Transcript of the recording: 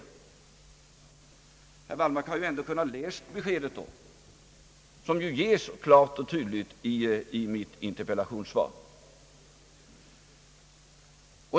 Herr Wallmark hade kunnat läsa beskedet, som ges klart och tydligt i mitt interpellationssvar.